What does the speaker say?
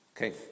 Okay